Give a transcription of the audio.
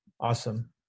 awesome